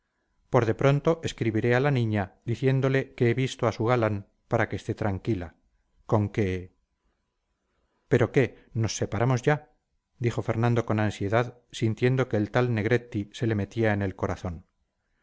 por de pronto escribiré a la niña diciéndole que he visto a su galán para que esté tranquila con que pero qué nos separamos ya dijo fernando con ansiedad sintiendo que el tal negretti se le metía en el corazón